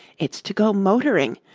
it's to go motoring.